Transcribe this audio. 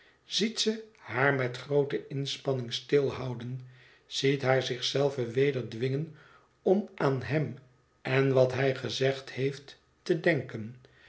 ziet ze haar met groote inspanning stilhouden ziet haar zich zelve weder dwingen om aan hem en wat hij gezegd heeft te denken